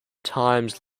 times